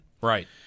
Right